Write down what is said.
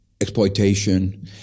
exploitation